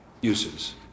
uses